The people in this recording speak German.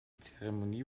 zeremonie